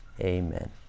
amen